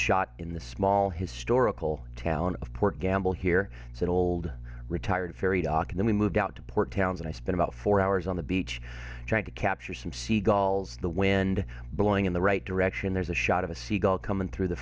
shot in the small historical town of port gamble here that old retired ferry dock and we moved out to port towns and i spent about four hours on the beach trying to capture some seagulls the wind blowing in the right direction there's a shot of a seagull coming through the